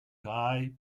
guy